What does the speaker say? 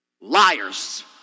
Liars